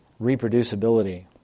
reproducibility